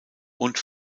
und